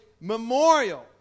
memorial